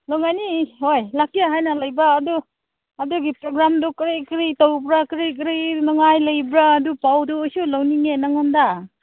ꯂꯨꯏ ꯉꯥꯏꯅꯤ ꯍꯣꯏ ꯂꯥꯛꯀꯦ ꯍꯥꯏꯅ ꯂꯩꯕ ꯑꯗꯨ ꯑꯗꯨꯒꯤ ꯄ꯭ꯔꯣꯒ꯭ꯔꯥꯝꯗꯨ ꯀꯔꯤ ꯀꯔꯤ ꯇꯧꯕ꯭ꯔꯥ ꯀꯔꯤ ꯀꯔꯤ ꯅꯨꯡꯉꯥꯏ ꯂꯩꯕ꯭ꯔꯥ ꯑꯗꯨ ꯄꯥꯎꯗꯨ ꯑꯩꯁꯨ ꯂꯧꯅꯤꯡꯉꯦ ꯅꯪꯉꯣꯟꯗ